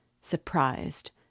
surprised